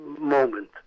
moment